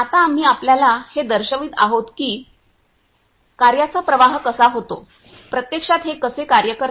आता आम्ही आपल्याला हे दर्शवित आहोत की कार्याचा प्रवाह कसा होतो प्रत्यक्षात हे कसे कार्य करते